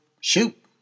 shoot